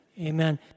Amen